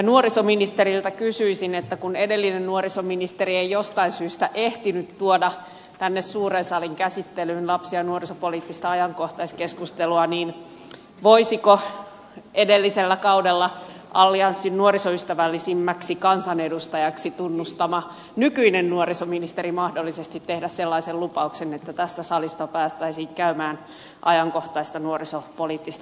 nuorisoministeriltä kysyisin kun edellinen nuorisoministeri ei jostain syystä ehtinyt tuoda tänne suuren salin käsittelyyn lapsi ja nuorisopoliittista ajankohtaiskeskustelua voisiko edellisellä kaudella allianssin nuorisoystävällisimmäksi kansanedustajaksi tunnustama nykyinen nuorisoministeri mahdollisesti tehdä sellaisen lupauksen että tässä salissa päästäisiin käymään ajankohtaista nuorisopoliittista keskustelua